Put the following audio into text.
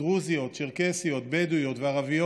דרוזיות, צ'רקסיות, בדואיות וערביות,